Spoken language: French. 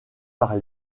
par